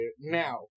Now